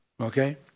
okay